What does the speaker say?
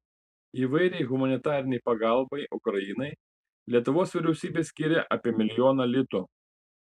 įvairiai humanitarinei pagalbai ukrainai lietuvos vyriausybė skyrė apie milijoną litų